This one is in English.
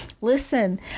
Listen